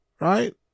right